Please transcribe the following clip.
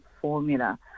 formula